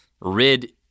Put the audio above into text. rid